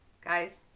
Guys